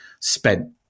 spent